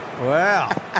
Wow